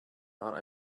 thought